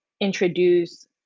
introduce